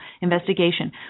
investigation